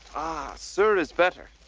sir is better.